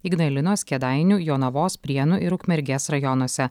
ignalinos kėdainių jonavos prienų ir ukmergės rajonuose